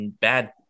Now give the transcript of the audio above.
Bad